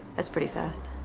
that's pretty fast,